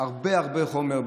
הרבה הרבה חומר,